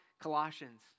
Colossians